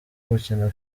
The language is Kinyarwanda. gukina